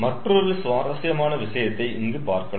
மற்றொரு சுவாரசியமான விசயத்தை இங்கு பார்க்கலாம்